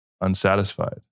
unsatisfied